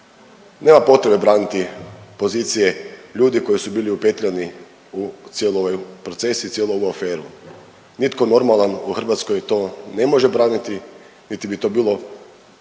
nema potrebe braniti pozicije ljudi koji su bili upetljani u cijeli ovaj proces i cijelu ovu aferu. Nitko normalan u Hrvatskoj to ne može braniti niti bi to bilo